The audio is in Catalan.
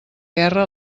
guerra